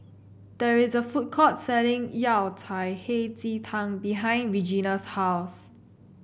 there is a food court selling Yao Cai Hei Ji Tang behind Regena's house